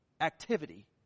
activity